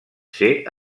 ser